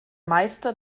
meister